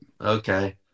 okay